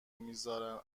میذارین